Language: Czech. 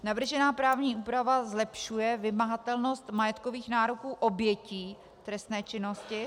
Navržená právní úprava zlepšuje vymahatelnost majetkových nároků obětí trestné činnosti.